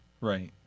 right